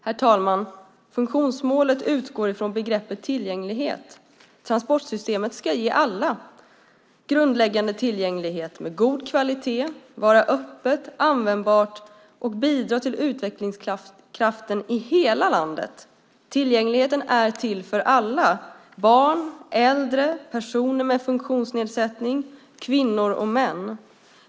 Herr talman! Funktionsmålet utgår från begreppet tillgänglighet. Transportsystemet ska ge alla grundläggande tillgänglighet med god kvalitet, vara öppet, användbart och bidra till utvecklingskraften i hela landet. Tillgängligheten är till för alla - barn, äldre, personer med funktionsnedsättning, kvinnor och män.